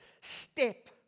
step